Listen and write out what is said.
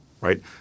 right